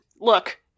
look